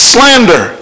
Slander